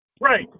Right